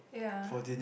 yeah